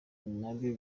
naryo